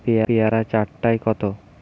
পেয়ারা চার টায় কত?